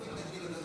בבקשה.